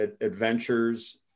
adventures